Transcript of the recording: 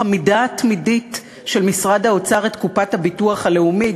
החמדנות התמידית של משרד האוצר את קופת הביטוח הלאומי,